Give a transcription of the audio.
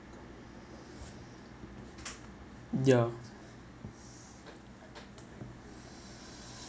ya